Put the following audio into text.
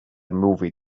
movie